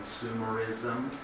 consumerism